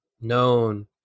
known